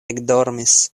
ekdormis